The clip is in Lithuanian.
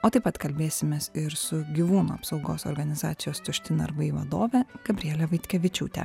o taip pat kalbėsimės ir su gyvūnų apsaugos organizacijos tušti narvai vadove gabriele vaitkevičiūte